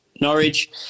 Norwich